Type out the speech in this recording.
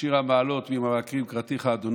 שיר המעלות, "ממעמקים קראתיך ה'.